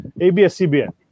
ABS-CBN